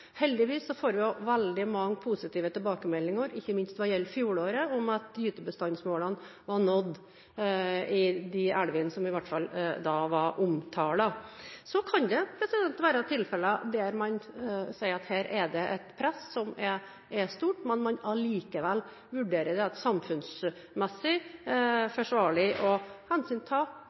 får vi veldig mange positive tilbakemeldinger, ikke minst hva gjelder fjoråret, om at gytebestandsmålene var nådd, iallfall i de elvene som da var omtalt. Så kan man i noen tilfeller si at her er det et stort press, men man vurderer det likevel slik at det er samfunnsmessig forsvarlig å